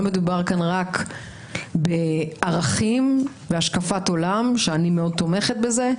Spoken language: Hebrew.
לא מדובר כאן רק בערכים ובהשקפת עולם שאני מאוד תומכת בזה,